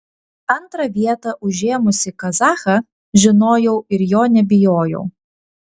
antrą vietą užėmusį kazachą žinojau ir jo nebijojau